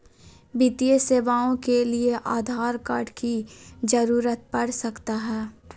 वित्तीय सेवाओं के लिए आधार कार्ड की जरूरत पड़ सकता है?